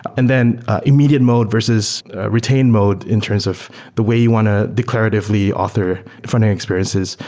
and then immediate mode versus retain mode in terms of the way you want to declaratively author frontend experiences.